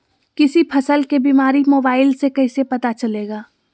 किसी फसल के बीमारी मोबाइल से कैसे पता चलेगा?